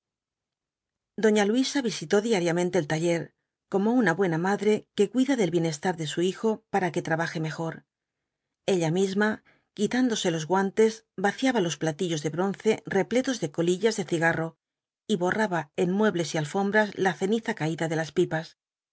doña luisa visitó diariamente el taller como una buena madre que cuida del bienestar de su hijo para que trabaje mejor ella misma quitándose los guantes vaciaba los platillos de bronce repletos de colillas de cigarro y borraba en muebles y alfombras la ceniza caída de las pipas